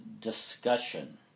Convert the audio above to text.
discussion